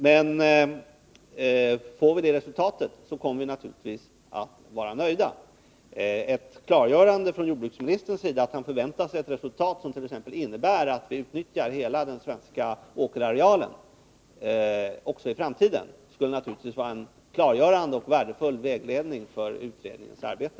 Men får vi det resultatet kommer vi naturligtvis att vara nöjda. Ett klargörande från jordbruksministerns sida om att ett resultat förväntas som t.ex. innebär att vi utnyttjar hela den svenska åkerarealen också i framtiden skulle naturligtvis vara en värdefull vägledning för utredningens arbete.